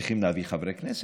צריכים להביא חברי כנסת,